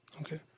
Okay